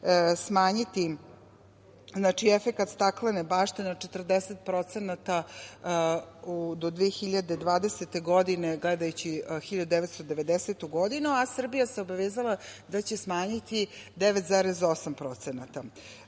smanjiti efekat staklene bašte na 40% do 2020. godine, gledajući 1990. godinu, a Srbija se obavezala da će smanjiti 9,8%.Kada